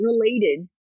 related